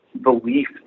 belief